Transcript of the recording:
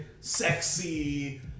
sexy